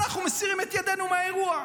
אנחנו מסירים את ידינו מהאירוע.